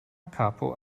capo